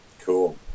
cool